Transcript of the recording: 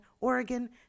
Oregon